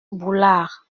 boulard